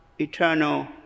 eternal